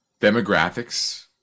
demographics